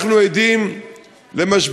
אנחנו עדים למשבר,